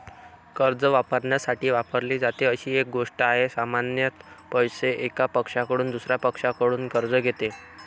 कर्ज वापरण्यासाठी वापरली जाते अशी एक गोष्ट आहे, सामान्यत पैसे, एका पक्षाकडून दुसर्या पक्षाकडून कर्ज घेते